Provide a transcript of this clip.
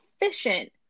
efficient